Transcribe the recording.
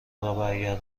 قایق